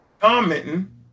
commenting